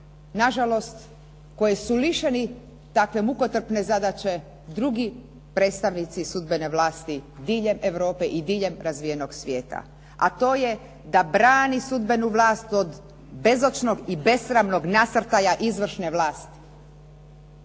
nažalost koje su lišeni takve mukotrpne zadaće drugi predstavnici sudbene vlasti diljem Europe i diljem razvijenog svijeta, a to je da brani sudbenu vlast od bezočnog i besramnog nasrtaja izvrše vlasti.